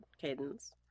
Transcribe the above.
Cadence